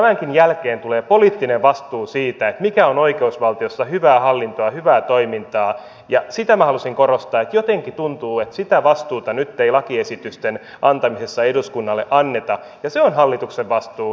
tämänkin jälkeen tulee poliittinen vastuu siitä mikä on oikeusvaltiossa hyvää hallintoa hyvää toimintaa ja sitä minä halusin korostaa että jotenkin tuntuu että sitä vastuuta nyt ei lakiesitysten antamisessa eduskunnalle anneta ja se on hallituksen vastuu